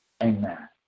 Amen